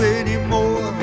anymore